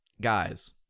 Guys